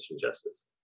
Justice